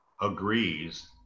agrees